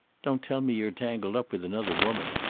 don't tell me you're tangled up with another woman.